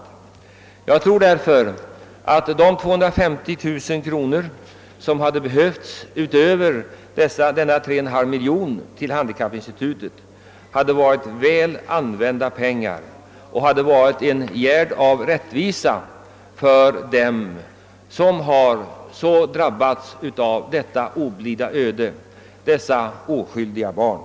Jag tror därför att de 250 000 kronor som behövs utöver de 3,5 miljoner kronor som föreslås i anslag till handikappinstitutet hade varit väl använda pengar och en gärd av rättvisa mot dem som drabbats av detta oblida öde, dessa oskyldiga barn.